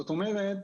זאת אומרת.